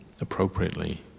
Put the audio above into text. appropriately